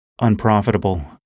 unprofitable